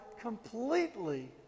completely